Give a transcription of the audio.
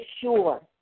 sure